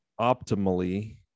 optimally